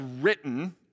written